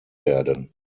werden